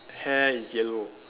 hair is yellow